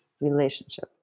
relationship